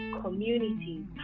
community